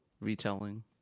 retelling